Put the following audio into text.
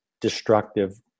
destructive